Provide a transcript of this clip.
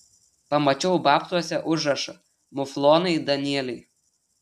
pamačiau babtuose užrašą muflonai danieliai